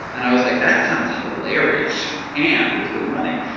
and i was like, that sounds hilarious and it's good money.